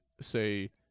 say